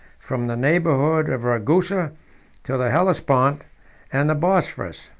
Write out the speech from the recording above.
from the neighborhood of ragusa to the hellespont and the bosphorus.